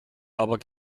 aber